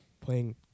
playing